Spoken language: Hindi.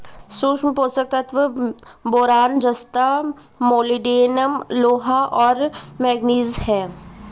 सूक्ष्म पोषक तत्व बोरान जस्ता मोलिब्डेनम लोहा और मैंगनीज हैं